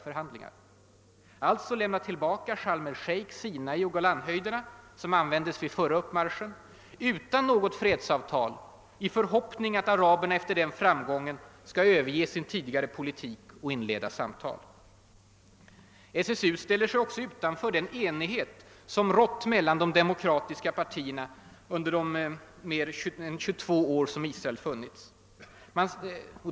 Israel ska alltså lämna tillbaka Sharm-el-sheik, Sinai och Golanhöjderna, som användes vid förra uppmarschen, utan något fredsavtal, i förhoppning att araberna efter den framgången skall överge sin tidigare politik och inleda samtal. SSU ställer sig också utanför den enighet som rått mellan de demokratiska partierna under de mer än 22 år som Israel funnits.